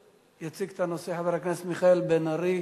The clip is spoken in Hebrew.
יציג את הנושא חבר הכנסת מיכאל בן-ארי,